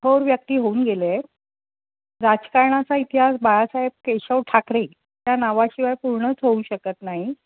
थोर व्यक्ती होऊन गेलेत राजकारणाचा इतिहास बाळासाहेब केशव ठाकरे या नावाशिवाय पूर्णच होऊ शकत नाही